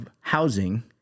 housing